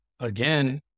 Again